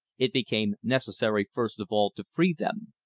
it became necessary first of all to free them.